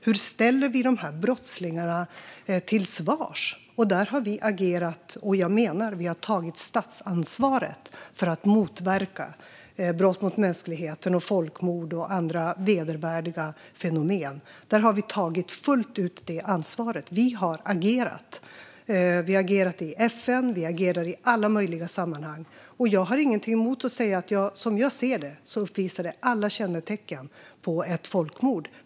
Hur ställer vi de här brottslingarna till svars? Där har vi agerat. Vi har tagit statsansvaret fullt ut för att motverka brott mot mänskligheten, folkmord och andra vedervärdiga fenomen. Vi har agerat och agerar, i FN och i alla möjliga sammanhang. Jag har ingenting emot att säga att det, som jag ser det, uppvisar alla kännetecken på ett folkmord.